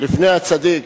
לפני הצדיק,